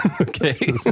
Okay